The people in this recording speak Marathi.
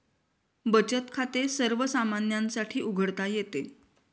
बचत खाते सर्वसामान्यांसाठी उघडता येते